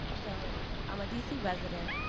so i'm a dc resident.